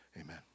Amen